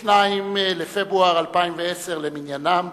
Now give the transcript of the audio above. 22 בפברואר 2010 למניינם.